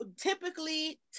typically